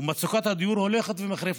ומצוקת הדיור הולכת ומחריפה.